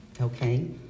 Okay